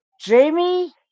Jamie